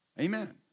Amen